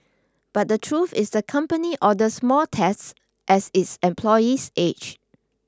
but the truth is the company orders more tests as its employees age